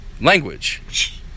Language